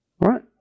right